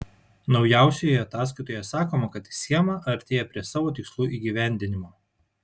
naujausioje ataskaitoje sakoma kad schema artėja prie savo tikslų įgyvendinimo